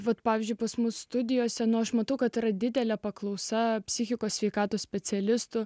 vat pavyzdžiui pas mus studijose nors matau kad yra didelė paklausa psichikos sveikatos specialistų